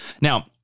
Now